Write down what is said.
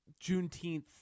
Juneteenth